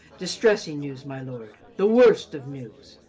distressing news, my lord, the worst of news.